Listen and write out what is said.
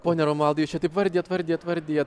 pone romualdai jūs čia taip vardijat vardijat vardijat